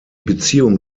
beziehung